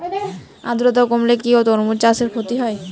আদ্রর্তা কমলে কি তরমুজ চাষে ক্ষতি হয়?